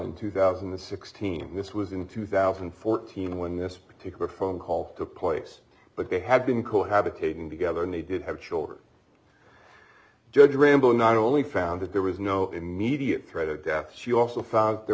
in two thousand and sixteen this was in two thousand and fourteen when this particular phone call to points but they had been cohabitation together and they did have children judge rambo not only found that there was no immediate threat of death she also found there